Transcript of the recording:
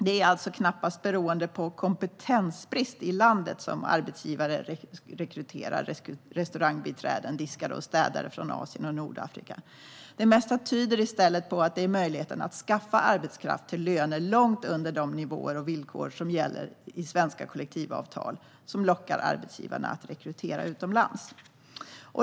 Det är alltså knappast beroende på kompetensbrist i landet som arbetsgivare rekryterar restaurangbiträden, diskare och städare från Asien och Nordafrika. Det mesta tyder i stället på att det är möjligheten att skaffa arbetskraft till löner långt under de nivåer och villkor som gäller enligt svenska kollektivavtal som lockar arbetsgivarna att rekrytera utomlands.